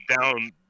down